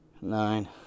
nine